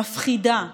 מפחידה,